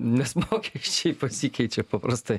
nes mokesčiai pasikeičia paprastai